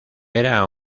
era